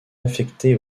affecté